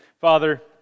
Father